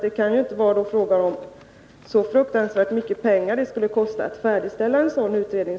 Det kan ju inte kosta så fruktansvärt mycket pengar att färdigställa en sådan utredning.